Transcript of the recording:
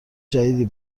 جدیدی